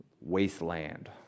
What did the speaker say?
wasteland